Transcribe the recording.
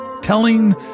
telling